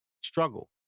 Struggle